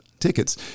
tickets